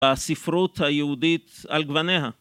בספרות היהודית על גווניה